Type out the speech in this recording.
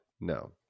no